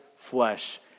flesh